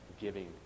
giving